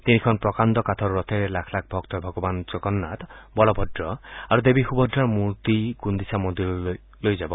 তিনিখন প্ৰকাণ্ড কাঠৰ ৰথেৰে লাখ লাখ ভক্তই ভগৱান জগন্নাথ বলভদ্ৰ আৰু দেৱী সুভদ্ৰাৰ মূৰ্তি গুণ্ডিচা মন্দিৰলৈ লৈ যাব